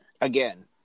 Again